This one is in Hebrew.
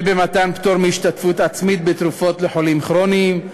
פטור מהשתתפות עצמית בתרופות לחולים כרוניים,